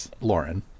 Lauren